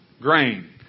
grain